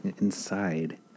inside